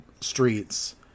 streets